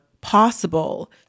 possible